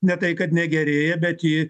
ne tai kad negerėja bet ji